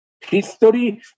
history